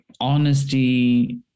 Honesty